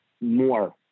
more